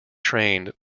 trained